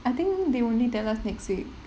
I think they only tell us next week